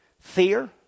Fear